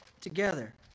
together